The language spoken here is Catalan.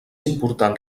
important